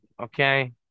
okay